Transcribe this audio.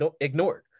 ignored